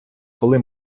коли